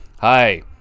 Hi